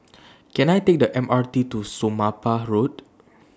Can I Take The M R T to Somapah Road